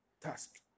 task